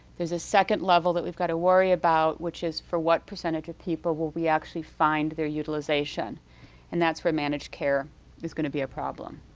there's a second level that we've got to worry about which is for what percentage of people will we actually find their utilization and that's where managed care is going to be a problem.